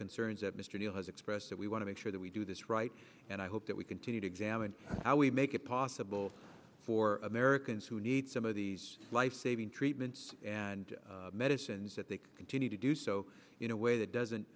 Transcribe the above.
concerns that mr neil has expressed that we want to make sure that we do this right and i hope that we continue to examine how we make it possible for americans who need some of these life saving treatments and medicines that they can continue to do so in a way that doesn't